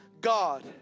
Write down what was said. God